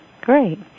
Great